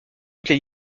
toutes